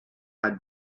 had